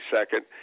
second